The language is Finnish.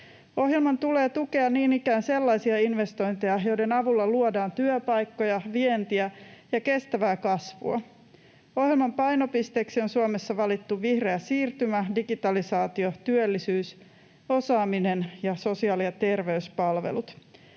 Ohjelman tulee tukea niin ikään sellaisia investointeja, joiden avulla luodaan työpaikkoja, vientiä ja kestävää kasvua. Ohjelman painopisteiksi on Suomessa valittu vihreä siirtymä, digitalisaatio, työllisyys, osaaminen ja sosiaali- ja terveyspalvelut.